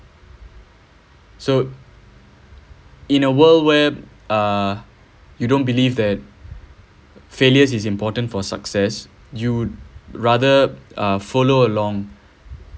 so in a world where uh you don't believe that failure is important for success you rather uh follow along